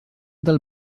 del